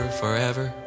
forever